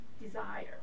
desire